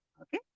okay